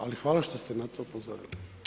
Ali hvala što ste na to upozorili.